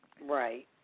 Right